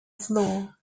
floor